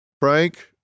Frank